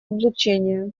облучения